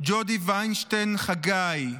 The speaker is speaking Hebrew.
ג'ודי ויינשטיין חגי,